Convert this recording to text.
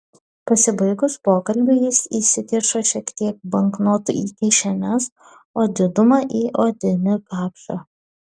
pasibaigus pokalbiui jis įsikišo šiek tiek banknotų į kišenes o didumą į odinį kapšą